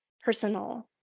personal